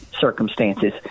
circumstances